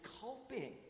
coping